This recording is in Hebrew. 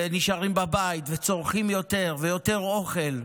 ונשארים בבית, וצורכים יותר, ויותר אוכל,